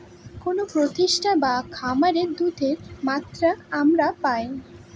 কোনো প্রতিষ্ঠানে বা খামারে দুধের মাত্রা আমরা পাই